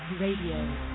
Radio